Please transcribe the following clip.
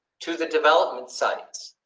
to the development science,